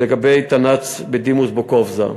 לגבי תנ"צ בדימוס בוקובזה,